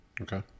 Okay